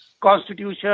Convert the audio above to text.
constitution